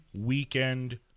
weekend